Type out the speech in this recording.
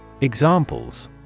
Examples